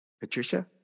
Patricia